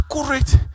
accurate